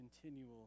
continual